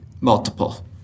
multiple